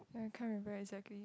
yeah I can't remember exactly